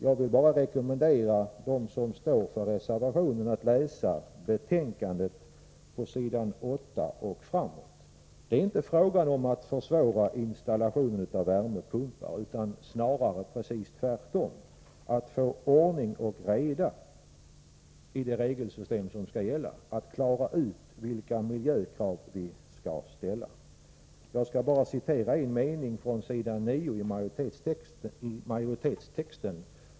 Jag vill bara rekommendera dem som står för reservationen att läsa i betänkandet på s. 8 och framåt. Det är inte fråga om att försvåra installationen av värmepumpar utan snarare precis tvärtom, att få ordning och reda i det regelsystem som skall gälla, att klara ut vilka miljökrav vi skall ställa upp. Jag skall bara citera en mening från s. 9 i majoritetstexten.